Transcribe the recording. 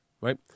right